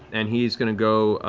and he's gonna go